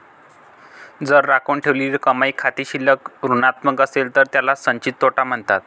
जर राखून ठेवलेली कमाई खाते शिल्लक ऋणात्मक असेल तर त्याला संचित तोटा म्हणतात